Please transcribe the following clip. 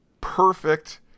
perfect